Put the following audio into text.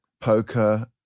poker